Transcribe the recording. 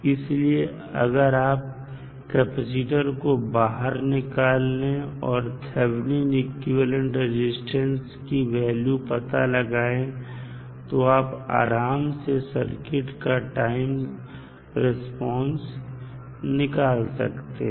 इसलिए अगर आप कैपेसिटर को बाहर निकाल ले और थैबनिन इक्विवेलेंट रजिस्टेंस की वैल्यू पता लगाएं तो आप आराम से सर्किट का टाइम रिस्पांस निकाल सकते हैं